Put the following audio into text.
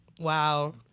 Wow